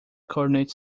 coordinate